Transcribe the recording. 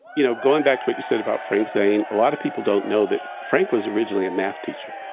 you know going back to what you said about frank zane, a lot of people don't know that frank was originally a math teacher.